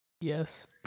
Yes